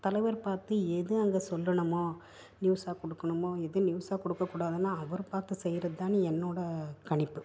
தலைவர் பார்த்து எது அங்கே சொல்லணுமோ நியூஸாக கொடுக்கணுமோ எது நியூஸாக கொடுக்கக்கூடாதுன்னு அவர் பார்த்து செய்கிறது தான் என்னோட கணிப்பு